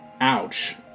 Ouch